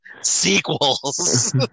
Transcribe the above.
sequels